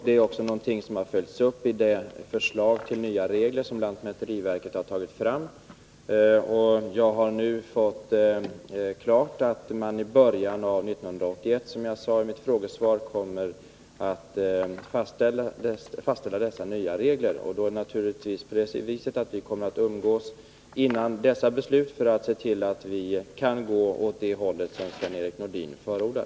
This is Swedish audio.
Det har också följts upp i ett förslag till nya regler som lantmäteriverket har tagit fram. Jag har nu, som jag sade i mitt frågesvar, fått uppgifter om att dessa nya regler kommer att fastställas i början av 1981. Vi kommer naturligtvis att ha överläggningar innan detta beslut fattas för att se till att vi kan gå åt det håll som Sven-Erik Nordin förordar.